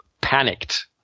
panicked